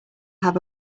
have